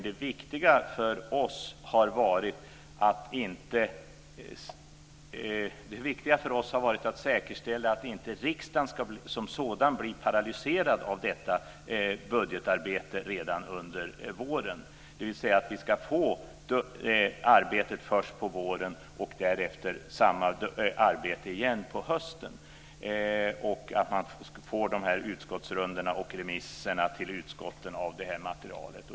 Det viktiga för oss har varit att säkerställa att inte riksdagen som sådan ska bli paralyserad av detta budgetarbete redan under våren, dvs. att vi ska få arbetet först på våren och därefter samma arbete igen på hösten, och att man får utskottsrundorna och remisserna till utskotten av materialet.